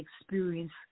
experience